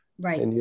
Right